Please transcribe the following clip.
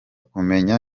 kumenya